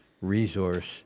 resource